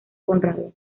conrado